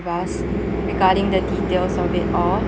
with us regarding the details of it all